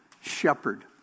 shepherd